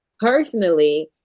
personally